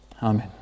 Amen